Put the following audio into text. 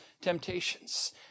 temptations